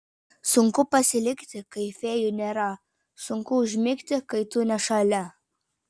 sunku pasilikti kai fėjų nėra sunku užmigti kai tu ne šalia